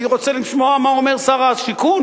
אני רוצה לשמוע מה אומר שר השיכון,